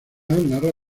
narra